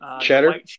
Cheddar